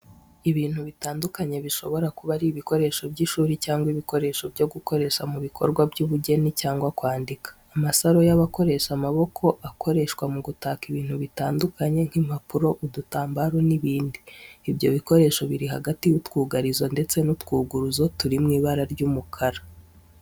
Ibintu bitandukanye bishobora kuba ari ibikoresho by’ishuri cyangwa ibikoresho byo gukoresha mu bikorwa by'ubugeni cyangwa kwandika. Amasaro y’abakoresha amaboko akoreshwa mu gukata ibintu bitandukanye nk’impapuro, udutambaro n’ibindi. Ibyo bikoresho biri hagati y'utwugarizo ndetse n'utwuguruzo turi mu ibara ry'umukara.